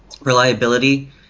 reliability